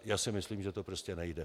Já si myslím, že to prostě nejde.